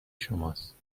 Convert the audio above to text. شماست